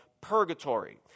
purgatory